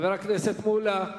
חבר הכנסת מולה.